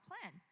plan